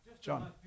John